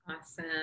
Awesome